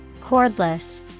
Cordless